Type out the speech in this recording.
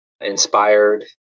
inspired